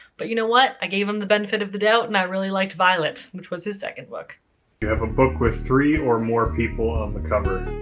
but you know what? i gave him the benefit of the doubt and i really liked violet, which was his second book. do you have a book with three or more people on the cover?